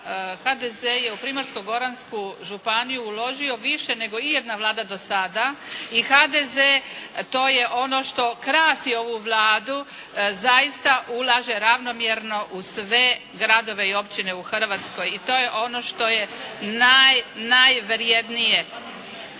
HDZ je u Primorsko-goransku županiju uložio više nego ijedna vlada do sada. I HDZ, to je ono što krasi ovu Vladu, zaista ulaže ravnomjerno u sve gradove i općine u Hrvatskoj. I to je ono što je najvrednije.